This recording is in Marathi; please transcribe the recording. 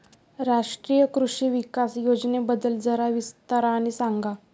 राष्ट्रीय कृषि विकास योजनेबद्दल जरा विस्ताराने सांगा